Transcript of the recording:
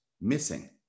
missing